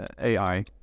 AI